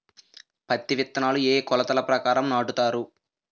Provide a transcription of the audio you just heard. పత్తి విత్తనాలు ఏ ఏ కొలతల ప్రకారం నాటుతారు?